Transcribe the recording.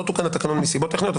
לא תוקן התקנון מסיבות טכניות,